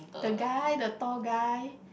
the guy the tall guy